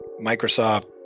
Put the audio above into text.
Microsoft